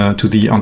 to the um